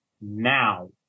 now